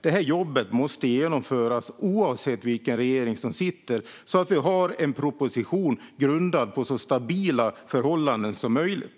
Detta jobb måste genomföras, oavsett vilken regering som sitter vid makten, så att vi får en proposition som är grundad på så stabila förhållanden som möjligt.